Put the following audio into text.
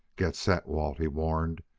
get set, walt! he warned.